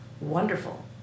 Wonderful